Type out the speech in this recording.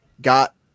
got